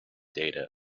data